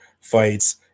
fights